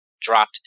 dropped